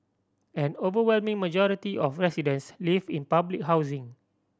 an overwhelming majority of residents live in public housing